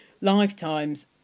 lifetimes